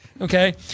Okay